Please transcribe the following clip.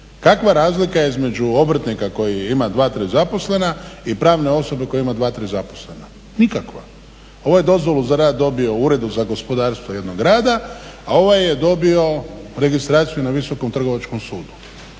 Kakva razlika je između obrtnika koji ima dva, tri zaposlena i pravne osobe koja ima dva, tri zaposlena? Nikakva. Ovaj je dozvolu za rad dobio u Uredu za gospodarstvo jednog grada a ovaj je dobio registraciju na Visokom trgovačkom sudu.